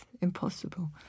impossible